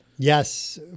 Yes